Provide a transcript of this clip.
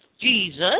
Jesus